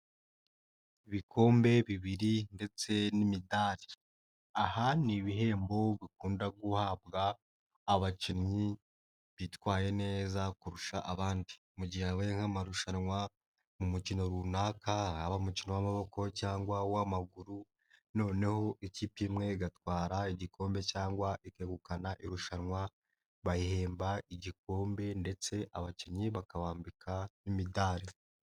Ibikombe bibiri ndetse n'imidari, aha ni ibihembo bikunda guhabwa abakinnyi bitwaye neza kurusha abandi. Mu gihe habaye nk'amarushanwa mu mukino runaka haba umukino w'amaboko cyangwa w'amaguru noneho ikipe imwe igatwara igikombe cyangwa ikegukana irushanwa, bayihemba igikombe ndetse abakinnyi bakabambika n'imidari.